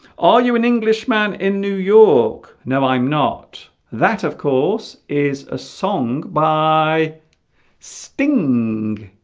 are you an english man in new york no i'm not that of course is a song by sting